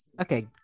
Okay